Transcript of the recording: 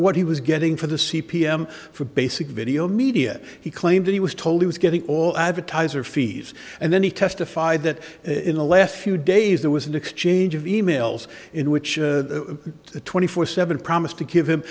what he was getting for the c p m for basic video media he claimed he was told he was getting all advertiser fees and then he testified that in the last few days there was an exchange of e mails in which the twenty four seven promised to give him